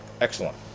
excellent